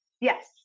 Yes